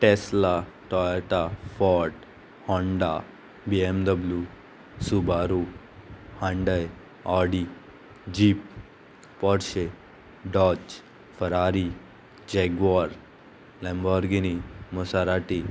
Tesla Toyota Ford Honda B M W Subaru Hyundai Audi Jeep Porsche Dodge Ferrari Jaguar Lamborghini Maserati